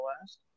last